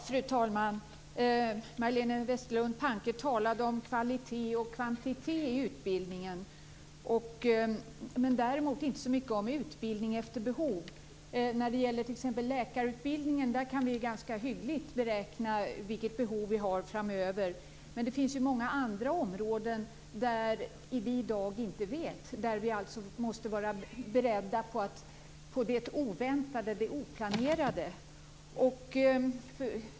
Fru talman! Majléne Westerlund Panke talade om kvalitet och kvantitet i utbildningen, däremot inte så mycket om utbildning efter behov. När det t.ex. gäller läkarutbildningen kan vi ganska hyggligt beräkna vilket behov vi har framöver. Men det finns många andra områden där vi i dag inte vet något om behoven och alltså måste vara beredda på det oväntade och det oplanerade.